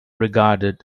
regarded